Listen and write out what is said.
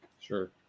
sure